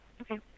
Okay